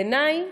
בעיניי,